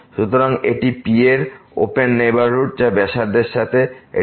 সুতরাং এটি P এর ওপেন নেইবারহুড বা ব্যাসার্ধের সাথে এটি